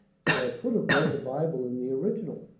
so i could have read the bible in the original.